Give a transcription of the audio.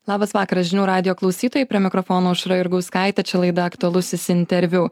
labas vakaras žinių radijo klausytojai prie mikrofono aušra jurgauskaitė čia laida aktualusis interviu